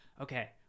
okay